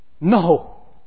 no